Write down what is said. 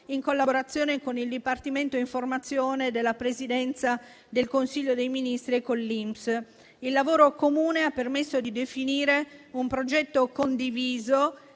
in collaborazione con il Dipartimento informazione della Presidenza del Consiglio dei ministri e con l'INPS. Il lavoro comune ha permesso di definire un progetto condiviso,